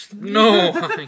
no